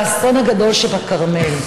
באסון הגדול שבכרמל,